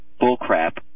Bullcrap